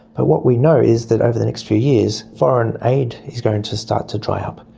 but what we know is that over the next few years foreign aid is going to start to dry up.